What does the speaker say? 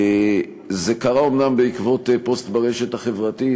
זה קרה אומנם בעקבות פוסט ברשת החברתית,